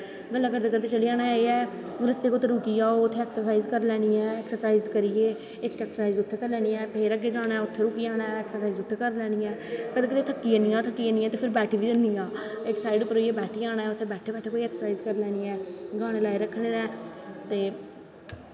गल्लां करदे करदे चली जाना ऐ रस्तै कुदै रुकी जाओ उत्थे ऐक्सर्साइज़ करी लैनी ऐ ऐक्सर्साइज़ उत्थें करी लैनी ऐ फिर अग्गैं जाना ऐ उत्थें रुकी जाना ऐ उदें करी लैनी ऐ कदैं कदैं थक्की जन्नी आं ते फिर बैठी बी जन्नी आं इक साईड होईयै बैठी जाना ऐ उत्थें बैठे बैठे ऐक्सर्साईज़ करी लैनी ऐ गाने लाई रक्खने नै ते